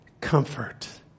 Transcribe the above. comfort